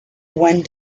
one